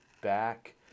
back